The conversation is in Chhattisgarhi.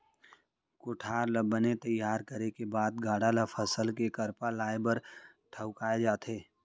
कोठार ल बने तइयार करे के बाद गाड़ा ल फसल के करपा लाए बर ठउकाए जाथे